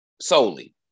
solely